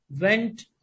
went